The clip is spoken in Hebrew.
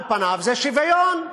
על פניו, זה שוויון,